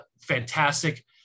fantastic